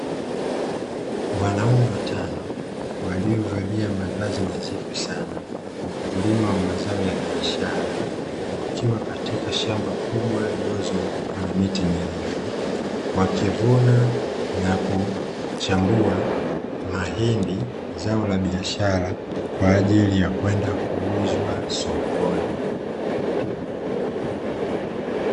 Wanaume wa watano, waliovalia mavazi nadhifu sana, wakulima wa mazao ya biashara, wakiwa katika shamba kubwa lililozungukwa na miti mirefu, wakivuna na kuchambua mahindi, zao la biashara kwa ajili ya kwenda kuuzwa sokoni.